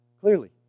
Clearly